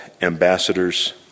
ambassadors